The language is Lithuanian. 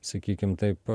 sakykim taip